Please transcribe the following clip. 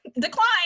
Decline